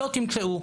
לא תמצאו.